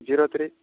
zero three